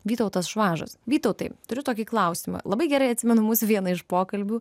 vytautas švažas vytautai turiu tokį klausimą labai gerai atsimenu mūsų vieną iš pokalbių